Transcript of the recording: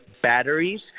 batteries